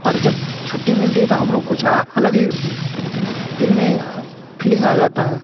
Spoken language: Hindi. और जब छुट्टी मिलती है तो हम लोग कुछ अलग ही दिल में फीलिंग आ जाता है